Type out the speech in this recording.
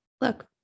Look